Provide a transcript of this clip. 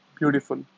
Beautiful